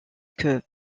que